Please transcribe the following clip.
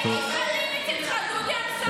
ממש ממש גזען.